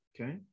okay